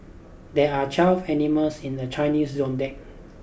there are twelve animals in the Chinese zodiac